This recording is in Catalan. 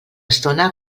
estona